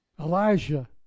Elijah